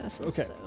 Okay